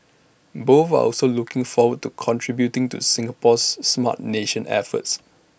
both are also looking forward to contributing to Singapore's Smart Nation efforts